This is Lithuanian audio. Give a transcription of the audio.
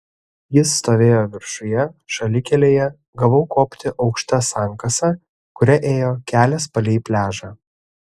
jis stovėjo viršuje šalikelėje gavau kopti aukšta sankasa kuria ėjo kelias palei pliažą